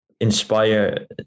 inspire